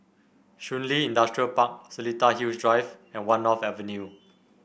Shun Li Industrial Park Seletar Hills Drive and One North Avenue